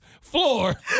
floor